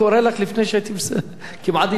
כמעט הצבעתי.